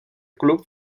club